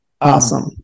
Awesome